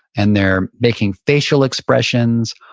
and they're making facial expressions.